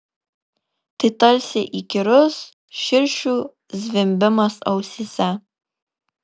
tai tarsi įkyrus širšių zvimbimas ausyse